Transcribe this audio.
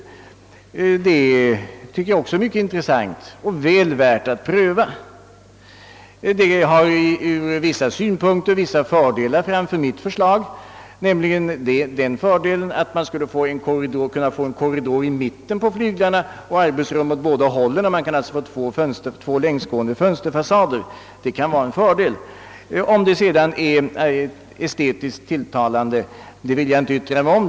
Det tycker jag också är mycket intressant och väl värt att pröva. Ur vissa synpunkter har det fördelar framför mitt förslag. Man skulle nämligen kunna få en korridor i mitten på flyglarna och arbetsrum åt båda hållen. Det skulle alltså bli två längsgående fönsterfasader, vilket kan vara en fördel. Om det sedan blir estetiskt tilltalande vill jag inte yttra mig om.